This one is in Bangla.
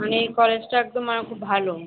মানে এই কলেজটা একদম মানে খুব ভালো